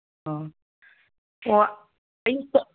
ꯑꯣ ꯑꯣ ꯑꯌꯨꯛꯇ